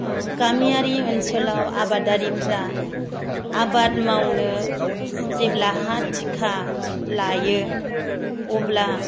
गामियारि ओनसोलाव आबादारिफ्रा आबाद मावनो जेब्ला हा थिखा लायो अब्ला